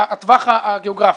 הטווח הגיאוגרפי,